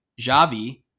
Javi